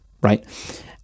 right